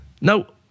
no